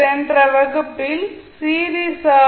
சென்ற வகுப்பில் series R